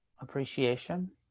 appreciation